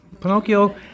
Pinocchio